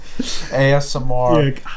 ASMR